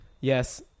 Yes